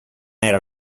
era